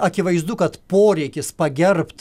akivaizdu kad poreikis pagerbt